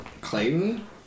Clayton